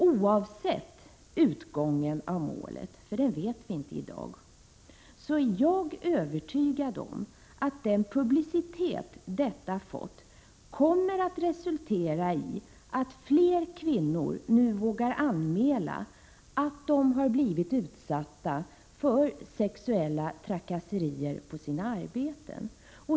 Oavsett utgången av målet — den vet vi inte i-dag — är jag övertygad om att den publicitet detta fått kommer att resultera i att fler kvinnor nu vågar anmäla att de blivit utsatta för sexuella trakasserier på sina arbeten.